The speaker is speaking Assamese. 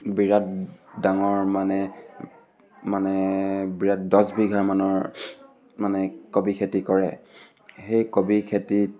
বিৰাট ডাঙৰ মানে মানে বিৰাট দছ বিঘামানৰ মানে কবি খেতি কৰে সেই কবি খেতিত